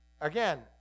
again